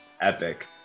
epic